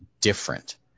different